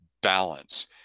balance